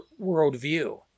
worldview